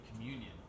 communion